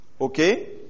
Okay